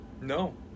No